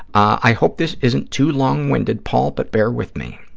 i hope this isn't too long-winded, paul, but bear with me.